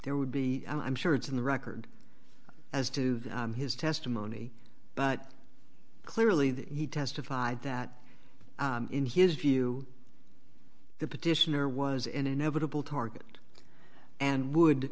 there would be i'm sure it's in the record as to his testimony but clearly he testified that in his view the petitioner was inevitable target and would